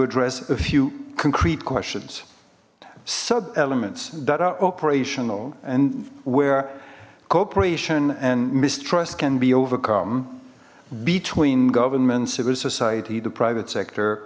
address a few concrete questions sub elements that are operational and where cooperation and mistrust can be overcome between government civil society the private sector